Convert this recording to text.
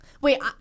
Wait